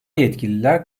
yetkililer